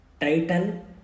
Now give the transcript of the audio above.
Title